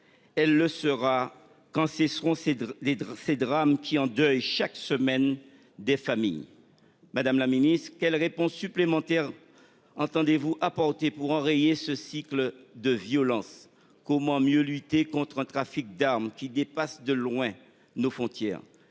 Elle le sera quand cesserons c'est des dresser drame qui endeuille chaque semaine des familles. Madame la Ministre quelles réponses supplémentaires. Entendez-vous apporter pour enrayer ce cycle de violence. Comment mieux lutter contre un trafic d'armes qui dépasse de loin nos frontières,